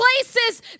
places